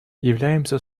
являемся